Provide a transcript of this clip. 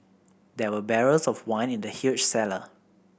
there were barrels of wine in the huge cellar